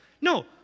No